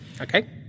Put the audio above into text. Okay